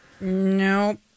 Nope